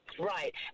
right